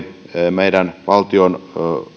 meidän valtion